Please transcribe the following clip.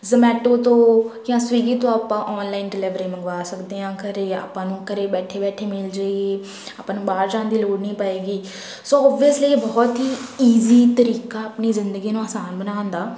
ਜਮੈਟੋ ਤੋਂ ਜਾਂ ਸਵੀਗੀ ਤੋਂ ਆਪਾਂ ਔਨਲਾਈਨ ਡਿਲੀਵਰੀ ਮੰਗਵਾ ਸਕਦੇ ਹਾਂ ਘਰ ਆਪਾਂ ਨੂੰ ਘਰ ਬੈਠੇ ਬੈਠੇ ਮਿਲ ਜੇਗੀ ਆਪਾਂ ਨੂੰ ਬਾਹਰ ਜਾਣ ਦੀ ਲੋੜ ਨਹੀਂ ਪਏਗੀ ਸੋ ਓਬਵੀਅਸਲੀ ਇਹ ਬਹੁਤ ਹੀ ਇਜੀ ਤਰੀਕਾ ਆਪਣੀ ਜ਼ਿੰਦਗੀ ਨੂੰ ਆਸਾਨ ਬਣਾਉਣ ਦਾ